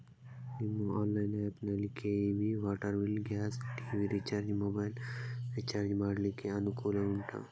ನಿಮ್ಮ online app ನಲ್ಲಿ KEB, water bill, gas, TV recharge, mobile recharge ಮಾಡ್ಲಿಕ್ಕೆ ಅನುಕೂಲ ಉಂಟಾ